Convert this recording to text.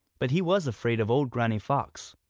but he was afraid of old granny fox.